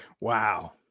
Wow